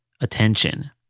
attention